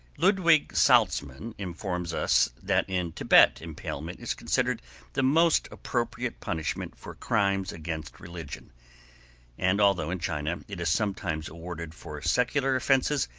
ludwig salzmann informs us that in thibet impalement is considered the most appropriate punishment for crimes against religion and although in china it is sometimes awarded for secular offences,